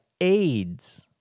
AIDS